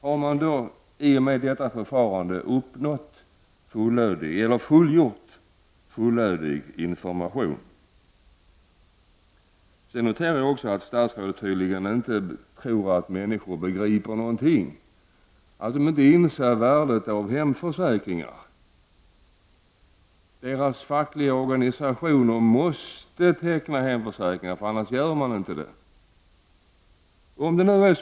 Har man i och med ett sådant förfarande åstadkommit fullödig information? Sedan noterar jag att statsrådet tydligen tror att människor inte begriper någonting, att människor inte inser värdet av hemförsäkringar. De fackliga organisationerna måste teckna hemförsäkringar, för annars gör människor inte det, tycks han tro.